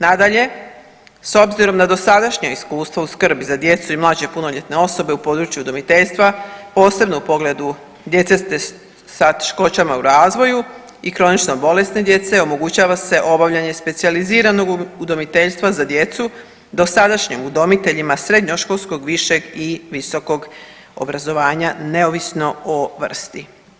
Nadalje, s obzirom na dosadašnja iskustva u skrbi za djecu i mlađe punoljetne osobe u području udomiteljstva, posebno u pogledu djece sa teškoćama u razvoju i kronično bolesne djece omogućava se obavljanje specijaliziranog udomiteljstva za djecu dosadašnjim udomiteljima srednjoškolskog, višeg i visokog obrazovanja neovisno o vrsti.